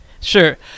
Sure